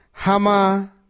Hama